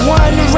one